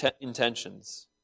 intentions